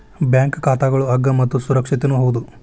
bank ಖಾತಾಗಳು ಅಗ್ಗ ಮತ್ತು ಸುರಕ್ಷಿತನೂ ಹೌದು